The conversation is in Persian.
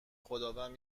خداوند